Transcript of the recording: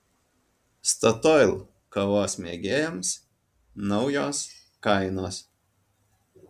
statoil kavos mėgėjams naujos kainos